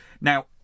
Now